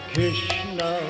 Krishna